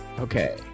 Okay